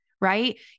Right